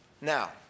Now